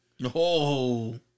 No